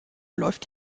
läuft